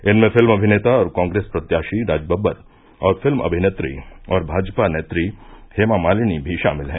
इनमें फिल्म अभिनेता और कॉप्रेस प्रत्याशी राजवब्बर और फिल्म अभिनेत्री और भाजपा नेत्री हेमा मालिनी भी शामिल हैं